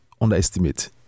underestimate